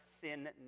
sin